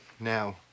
Now